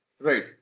Right